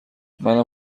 منم